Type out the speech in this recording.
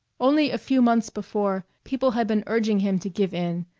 only a few months before people had been urging him to give in,